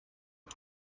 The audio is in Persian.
رمز